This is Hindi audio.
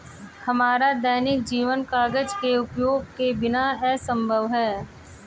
हमारा दैनिक जीवन कागज के उपयोग के बिना असंभव है